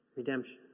redemption